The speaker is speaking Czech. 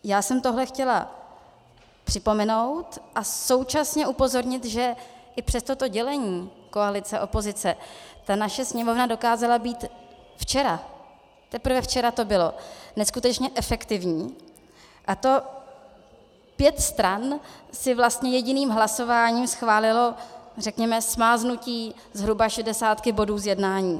Já jsem tohle chtěla připomenout a současně upozornit, že i přes toto dělení koalice opozice naše Sněmovna dokázala být včera, teprve včera to bylo, neskutečně efektivní, a to pět stran si vlastně jediným hlasováním schválilo smáznutí řekněme zhruba 60 bodů z jednání.